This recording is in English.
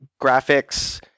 graphics